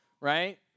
right